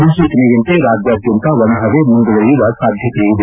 ಮುನ್ಗೂಚನೆಯಂತೆ ರಾಜ್ಯಾದಾದ್ಯಂತ ಒಣ ಹವೆ ಮುಂದುವರೆಯುವ ಸಾಧ್ಯತೆ ಇದೆ